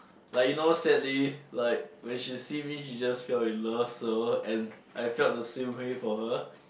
like you know sadly like when she see me she just fell in love so and I felt the same way for her